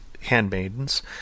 handmaidens